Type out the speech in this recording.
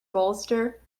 bolster